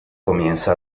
comienza